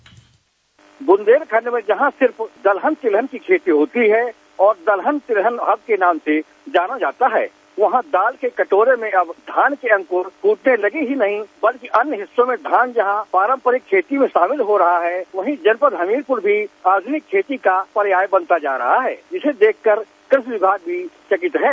dispatch Bundelkhand में जहां सिर्फ दलहन तिलहन की खेती होती है और दलहन तिलहन हब के नाम से जाना जाता है वहां दाल के कटोरे में अब धान के अंकुर फूटने लगे ही नहीं लगे बल्कि अन्य हिस्सों में धान जहां पारम्परिक खेती में शामिल हो रहा है वहीं जनपद हमीरपुर भी आधनिक खेती का पर्याय बनता जा रहा है जिसे देखकर कृषि विभाग भी चकित है